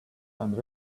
and